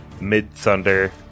Mid-Thunder